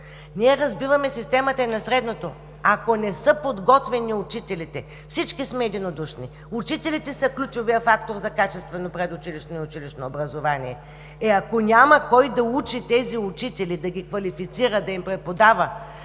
ние разбиваме и системата на средното. Ако не са подготвени учителите, всички сме единодушни, учителите са ключовият фактор за качествено предучилищно и училищно образование. Е, ако няма кой да учи тези учители, да ги квалифицира, да им преподава,